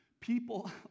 people